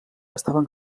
estaven